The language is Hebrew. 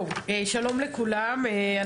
שלום לכולם,